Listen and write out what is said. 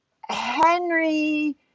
Henry